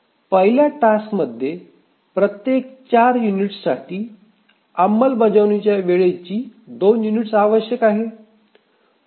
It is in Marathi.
पहिल्या टास्कमध्ये प्रत्येक 4 युनिट्ससाठी अंमलबजावणीच्या वेळेची 2 युनिट्स आवश्यक आहे